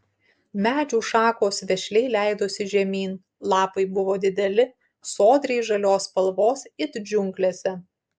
medžių šakos vešliai leidosi žemyn lapai buvo dideli sodriai žalios spalvos it džiunglėse